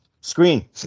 screen